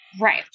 Right